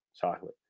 chocolate